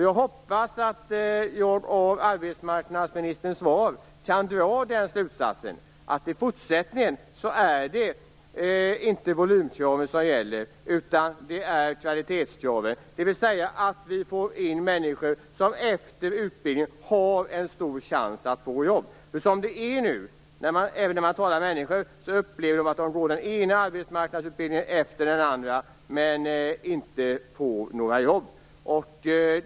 Jag hoppas att jag av arbetsmarknadsministerns svar kan dra slutsatsen att det i fortsättningen inte är volymkraven som skall gälla utan kvalitetskraven, dvs. att man får in människor som efter utbildningen har stor chans att få jobb. Som det är nu upplever människor att de går den ena arbetsmarknadsutbildningen efter den andra utan att få något jobb.